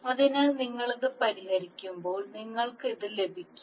അതിനാൽ നിങ്ങൾ ഇത് പരിഹരിക്കുമ്പോൾ നിങ്ങൾക്ക് ഇത് ലഭിക്കും